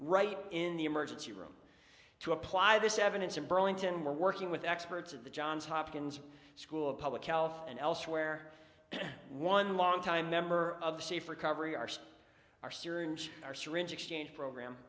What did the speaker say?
right in the emergency room to apply this evidence in burlington where working with experts at the johns hopkins school of public health and elsewhere one longtime member of safe recovery arced our syringe or syringe exchange program